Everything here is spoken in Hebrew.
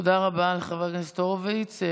תודה רבה לחבר הכנסת הורוביץ.